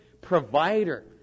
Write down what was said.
provider